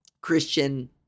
Christian